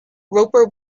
roper